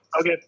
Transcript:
Okay